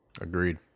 Agreed